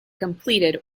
completed